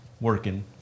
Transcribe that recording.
working